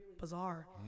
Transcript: bizarre